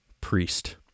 priest